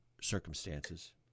circumstances